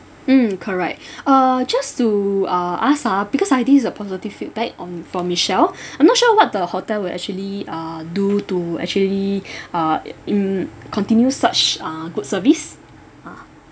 mm correct err just to uh ask ah because ah this is a positive feedback on for michelle I'm not sure what the hotel will actually uh do to actually uh mm continue such uh good service